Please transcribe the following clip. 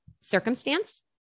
circumstance